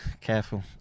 Careful